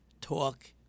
talk